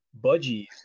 budgies